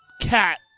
Cat